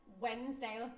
wednesday